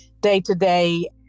day-to-day